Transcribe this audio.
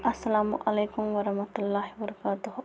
اسلامُ علیکُم ورحمتہ اللہ وبرکاتہ